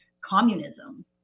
communism